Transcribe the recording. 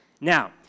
Now